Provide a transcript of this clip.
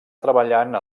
treballant